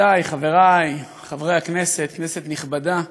חברותי וחברי חברי הכנסת, כנסת נכבדה,